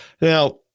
Now